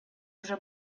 уже